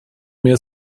mehr